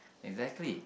exactly